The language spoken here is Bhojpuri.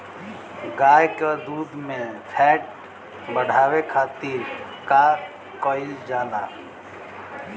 गाय के दूध में फैट बढ़ावे खातिर का कइल जाला?